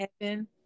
heaven